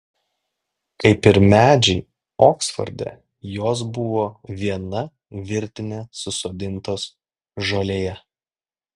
kaip ir medžiai oksforde jos buvo viena virtine susodintos žolėje